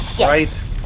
right